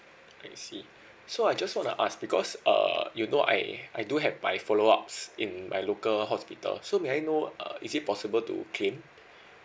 I see so I just wanna ask because uh you know I I do have my follow ups in my local hospital so may I know uh is it possible to claim